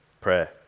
prayer